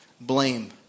blame